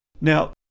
Now